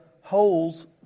holes